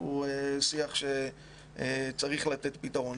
הוא שיח שצריך לתת פתרון.